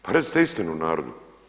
Pa recite istinu narodu.